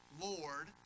Lord